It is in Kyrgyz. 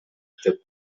деп